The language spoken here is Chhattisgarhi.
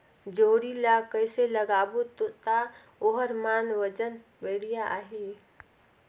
जोणी ला कइसे लगाबो ता ओहार मान वजन बेडिया आही?